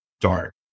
dark